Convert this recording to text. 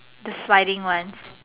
the sliding ones